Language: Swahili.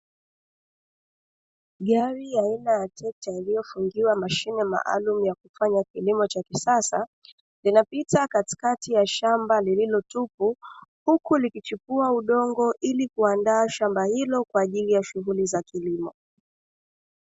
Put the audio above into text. Gari aina ya treka iliyofungiwa mashine maalumu ya kufanya kilimo cha kisasa, inapita katikati ya shamba lililo tupu, huku likichipua udongo ili kuandaa shamba hilo kwa ajili ya shughuli za kilimo.